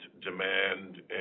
demand